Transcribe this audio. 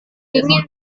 dingin